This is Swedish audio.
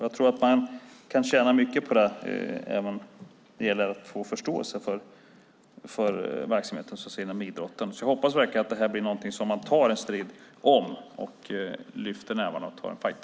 Jag tror att man kan tjäna mycket på det när det gäller att få förståelse för verksamheten inom idrotten. Jag hoppas verkligen att detta blir någonting som man tar en strid om och lyfter nävarna och tar en fajt.